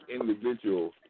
individual